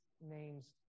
name's